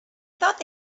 thought